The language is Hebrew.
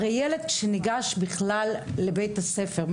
הרי ילד שניגש בכלל לבית הספר,